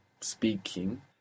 speaking